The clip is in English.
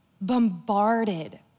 bombarded